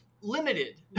limited